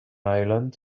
island